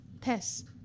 test